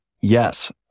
Yes